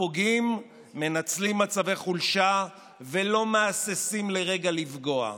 הפוגעים מנצלים מצבי חולשה ולא מהססים לרגע לפגוע.